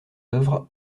œuvres